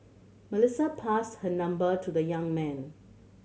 Melissa passed her number to the young man